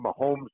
Mahomes